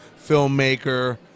filmmaker